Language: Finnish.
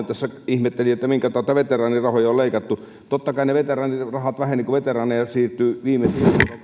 tässä ihmetteli minkä tautta veteraanien rahoja on leikattu totta kai ne veteraanirahat vähenivät kun veteraaneja siirtyi ajasta